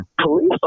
Police